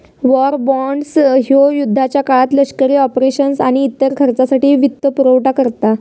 war bonds ह्यो युद्धाच्या काळात लष्करी ऑपरेशन्स आणि इतर खर्चासाठी वित्तपुरवठा करता